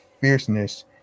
fierceness